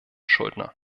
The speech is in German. schuldner